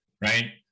right